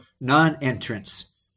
non-entrance